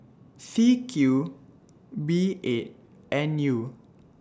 C Q B eight N U